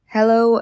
Hello